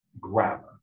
grammar